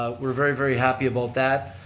ah we're very, very, happy about that.